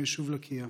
מהיישוב לקיה.